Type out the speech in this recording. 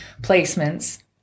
placements